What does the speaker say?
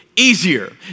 easier